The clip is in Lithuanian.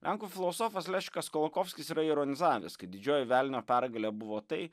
lenkų filosofas lešekas kolokovskis yra ironizavęs kad didžioji velnio pergalė buvo tai